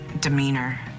demeanor